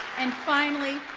and finally,